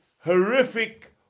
horrific